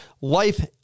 Life